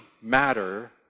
matter